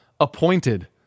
appointed